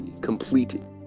completed